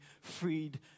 freed